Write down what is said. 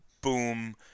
boom